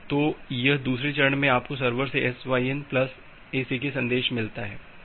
तो यहां दूसरे चरण में आपको सर्वर से SYN प्लस ACK संदेश मिलता है